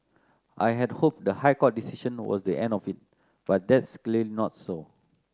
I had hoped the High Court decision was the end of it but that's clear not so